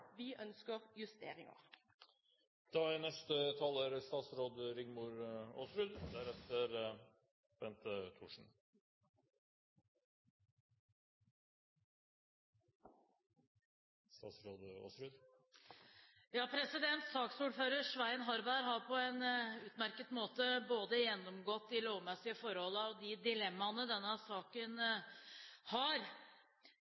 Vi ønsker justeringer. Saksordføreren, Svein Harberg, har på en utmerket måte gjennomgått både de lovmessige forholdene og de dilemmaene denne saken